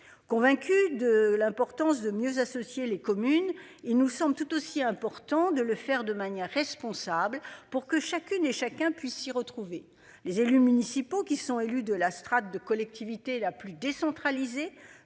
convaincu de l'importance de mieux associer les communes ils nous sommes tout aussi important de le faire de manière responsable pour que chacune et chacun puisse s'y retrouver les élus municipaux qui sont élus de la strate de collectivité la plus décentralisée